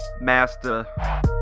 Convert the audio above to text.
master